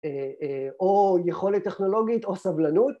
או יכולת טכנולוגית או סבלנות